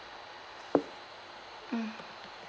mm